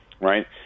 Right